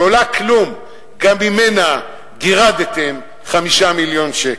שעולה כלום, גם ממנה גירדתם 5 מיליון שקל.